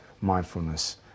mindfulness